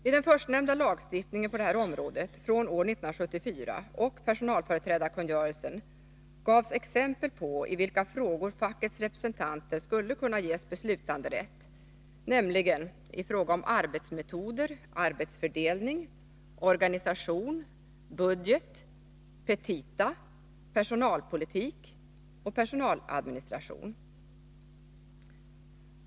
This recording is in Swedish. I den förstnämnda lagstiftningen på det här området från år 1974 och personalföreträdarkungörelsen gavs exempel på i vilka frågor fackets representanter skulle kunna ges beslutanderätt, nämligen i fråga om arbetsmetoder, arbetsfördelning, organisation, budget, petita, personalpolitik och personaladministration.